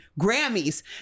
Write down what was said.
Grammys